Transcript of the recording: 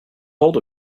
hold